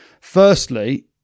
Firstly